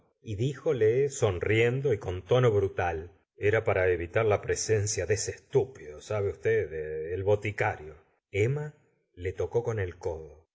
y díjole sonriendo y con tono brutal era para evitar la presencia de ese estúpido sabe usted el boticario emma le tocó con el codo